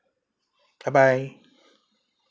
bye bye